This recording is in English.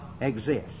exist